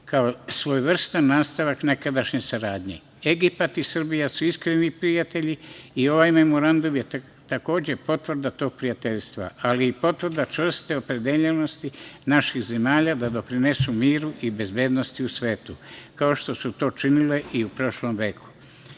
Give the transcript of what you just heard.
kao svojevrstan nastavak nekadašnje saradnje. Egipat i Srbija su iskreni prijatelji i ovaj memorandum je takođe potvrda tog prijateljstva, ali potvrda čvrste opredeljenosti naših zemalja da doprinesu miru i bezbednosti u svetu, kao što su to činile i u prošlom veku.